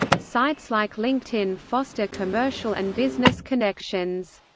sites like linkedin foster commercial and business connections.